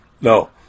No